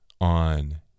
on